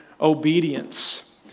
obedience